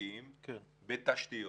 שמשקיעים בתשתיות.